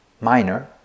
minor